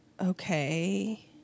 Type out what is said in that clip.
okay